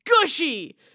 Gushy